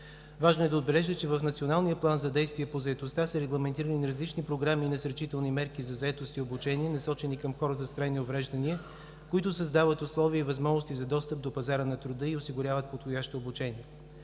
Важно е да отбележа, че в Националния план за действие по заетостта са регламентирани различни програми и насърчителни мерки за заетост и обучение, насочени към хората с трайни увреждания, които създават условия и възможности за достъп до пазара на труда и осигуряват подходящо обучение.